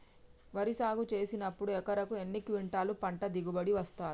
వరి సాగు చేసినప్పుడు ఎకరాకు ఎన్ని క్వింటాలు పంట దిగుబడి వస్తది?